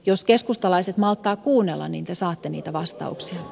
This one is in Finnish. jos keskustalaiset malttavat kuunnella niin te saatte niitä vastauksia